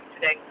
today